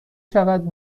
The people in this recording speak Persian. شود